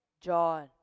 John